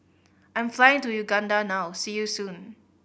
I am flying to Uganda now see you soon